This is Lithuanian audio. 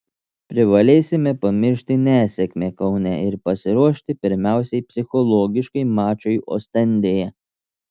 privalėsime pamiršti nesėkmę kaune ir pasiruošti pirmiausiai psichologiškai mačui ostendėje